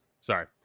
Sorry